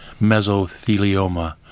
mesothelioma